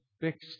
fixed